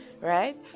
right